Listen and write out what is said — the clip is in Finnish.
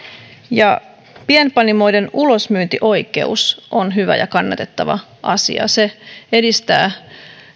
ja pienpanimoiden ulosmyyntioikeus on hyvä ja kannatettava asia se edistää